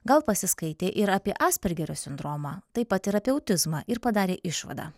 gal pasiskaitė ir apie aspergerio sindromą taip pat ir apie autizmą ir padarė išvadą